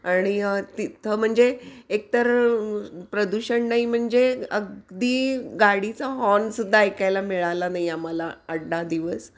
आणि तिथं म्हणजे एकतर प्रदूषण नाही म्हणजे अगदी गाडीचा हॉर्न सुद्धा ऐकायला मिळाला नाही आम्हाला आठ दहा दिवस